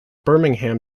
birmingham